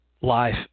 life